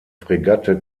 fregatte